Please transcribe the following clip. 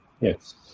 Yes